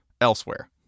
elsewhere